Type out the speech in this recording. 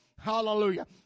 Hallelujah